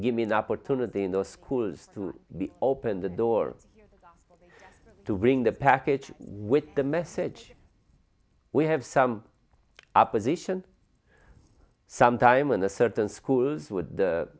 give me an opportunity in the schools to open the door to bring the package with the message we have some opposition some time in a certain schools with the